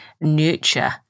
nurture